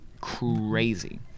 crazy